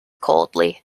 coldly